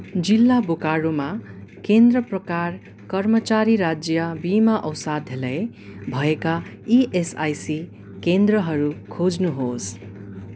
जिल्ला बोकारोमा केन्द्र प्रकार कर्मचारी राज्य बिमा औषधालय भएका इएसआइसी केन्द्रहरू खोज्नुहोस्